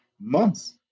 months